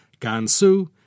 Gansu